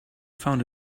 found